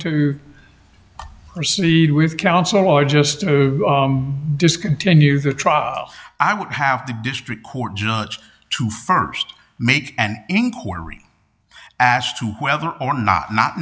to proceed with counsel or just discontinue the trial i would have the district court judge to st make an inquiry as to whether or not not